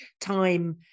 time